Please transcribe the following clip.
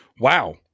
wow